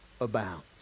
abounds